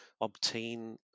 obtain